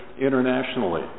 internationally